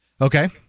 Okay